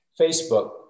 Facebook